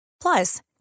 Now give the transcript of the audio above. Plus